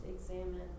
examine